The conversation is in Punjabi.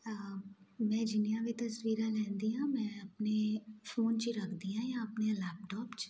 ਮੈਂ ਜਿੰਨੀਆਂ ਵੀ ਤਸਵੀਰਾਂ ਲੈਂਦੀ ਹਾਂ ਮੈਂ ਆਪਣੇ ਫੋਨ 'ਚ ਹੀ ਰੱਖਦੀ ਹਾਂ ਜਾਂ ਆਪਣੇ ਲੈਪਟੋਪ 'ਚ